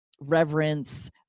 reverence